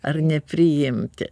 ar nepriimti